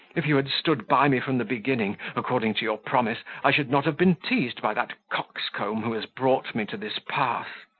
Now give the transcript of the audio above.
if you had stood by me from the beginning, according to your promise, i should not have been teased by that coxcomb who has brought me to this pass.